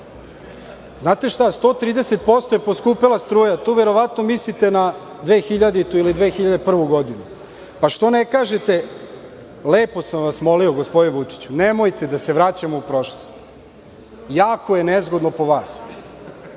Znate šta, 130% je poskupela struja, tu verovatno mislite na 2000. ili 2001. godinu. Što ne kažete, lepo sam vas molio gospodine Vučiću, nemojte da se vraćamo u prošlost, jako je nezgodno po vas,